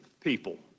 people